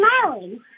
smiling